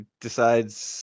decides